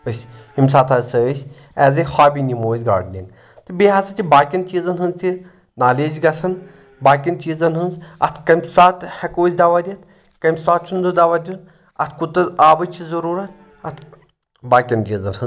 أسۍ ییٚمہِ ساتہٕ ہسا أسۍ ایز اے ہابی نِمو أسۍ گاڈنِنٛگ تہٕ بیٚیہِ ہسا چھِ باقین چیٖزن ہٕنٛز تہِ نالیج گژھان باقین چیٖزن ہٕنٛز اتھ کمہِ ساتہٕ ہؠکو أسۍ دوا دِتھ کمہِ ساتہٕ چھُنہٕ زٕ دوا دِتھ اتھ کوٗتاہ آبٕچ چھِ ضروٗرتھ اتھ باقین چیٖزن ہٕنٛز